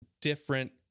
different